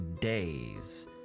days